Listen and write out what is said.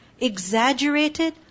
exaggerated